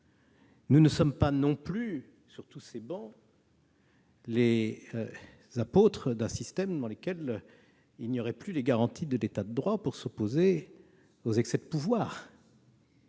Nous ne sommes pas non plus les apôtres d'un système dans lequel il n'y aurait plus les garanties de l'État de droit pour s'opposer aux excès de pouvoir.